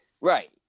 right